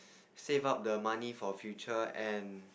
save up the money for future and